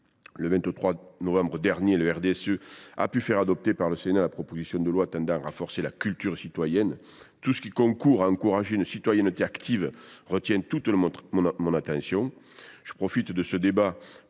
et Social Européen a pu faire adopter par le Sénat la proposition de loi tendant à renforcer la culture citoyenne. Tout ce qui concourt à encourager une citoyenneté active retient mon attention ! Je profite de ce débat